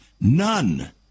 none